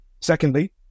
Secondly